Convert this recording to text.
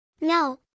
No